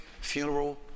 funeral